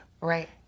Right